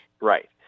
Right